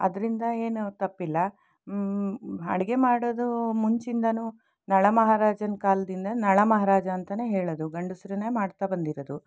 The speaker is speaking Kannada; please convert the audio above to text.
ಅದರಿಂದ ಏನು ತಪ್ಪಿಲ್ಲ ಅಡಿಗೆ ಮಾಡೋದು ಮುಂಚಿಂದಲೂ ನಳಮಹಾರಾಜನ ಕಾಲದಿಂದ ನಳಮಹಾರಾಜ ಅಂತಾನೇ ಹೇಳೋದು ಗಂಡಸ್ರೂನೇ ಮಾಡ್ತಾ ಬಂದಿರೋದು